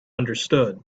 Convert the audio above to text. understood